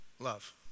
Love